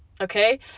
okay